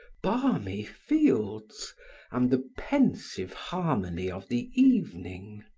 balmy fields and the pensive harmony of the evening.